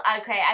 okay